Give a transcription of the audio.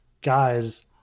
guys